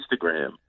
instagram